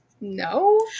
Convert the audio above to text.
No